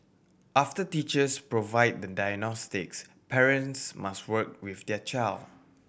after teachers provide the diagnostics parents must work with their child